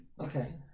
okay